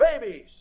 babies